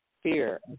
fear